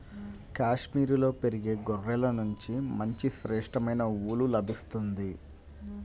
కాశ్మీరులో పెరిగే గొర్రెల నుంచి మంచి శ్రేష్టమైన ఊలు లభిస్తుంది